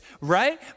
right